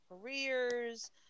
careers